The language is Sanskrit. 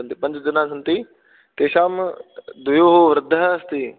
सन्ति पञ्च जनाः सन्ति तेषां द्वयोः वृद्धः अस्ति